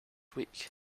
week